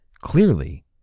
Clearly